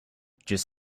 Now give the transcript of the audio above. just